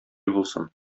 булсын